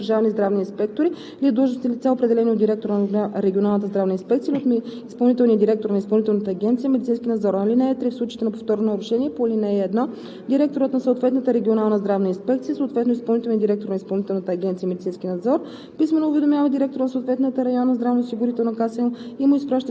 за срок от три месеца. (2) Нарушенията по ал. 1 се установяват с актове, съставени от държавни здравни инспектори или от длъжностни лица, определени от директора на регионалната здравна инспекция или от изпълнителния директор на Изпълнителна агенция „Медицински надзор“. (3) В случаите на повторно нарушение по ал. 1 директорът на съответната регионална здравна инспекция, съответно изпълнителният директор на Изпълнителна агенция „Медицински надзор“